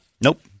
Nope